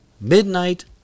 Midnight